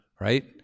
right